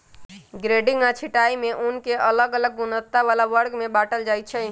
grading आऽ छँटाई में ऊन के अलग अलग गुणवत्ता बला वर्ग में बाटल जाइ छइ